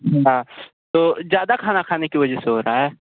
हाँ तो ज़्यादा खाना खाने की वजह से हो रहा है